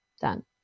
done